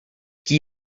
qui